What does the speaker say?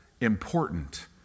important